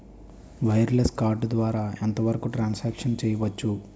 Wireless card ద్వారా ఎంత వరకు ట్రాన్ సాంక్షన్ చేయవచ్చు?